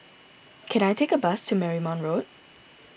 can I take a bus to Marymount Road